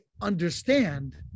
understand